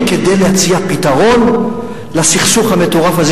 כדי להציע פתרון לסכסוך המטורף הזה,